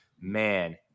man